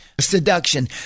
seduction